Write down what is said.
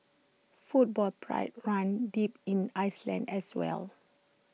football pride runs deep in Iceland as well